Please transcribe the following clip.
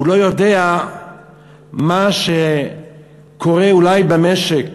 הוא לא יודע מה שקורה במשק.